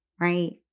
right